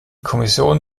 kommission